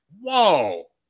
whoa